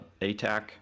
ATAC